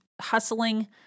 hustling